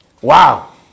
Wow